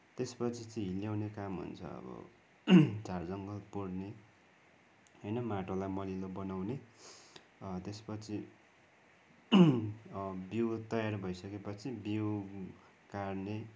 त्यसपछि चाहिँ हिल्याउने काम हुन्छ अब झार जङ्गल पुर्ने होइन माटोलाई मलिलो बनाउने त्यसपछि बिउ तयार भइसकेपछि बिउ काडने भन्छ